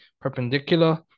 perpendicular